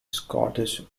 scottish